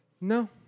No